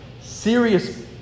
serious